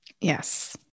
Yes